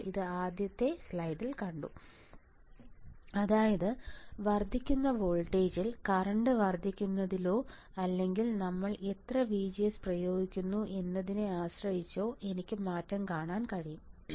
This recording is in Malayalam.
നമ്മൾ ഇത് ആദ്യത്തെ സ്ലൈഡിൽ കണ്ടു അതായത് വർദ്ധിക്കുന്ന വോൾട്ടേജിൽ കറന്റ് വർദ്ധിക്കുന്നതിലോ അല്ലെങ്കിൽ നമ്മൾ എത്ര VGS പ്രയോഗിക്കുന്നു എന്നതിനെ ആശ്രയിച്ചോ എനിക്ക് മാറ്റം കാണാൻ കഴിയും